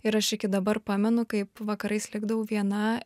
ir aš iki dabar pamenu kaip vakarais likdavau viena